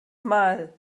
mal